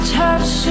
touch